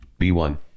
B1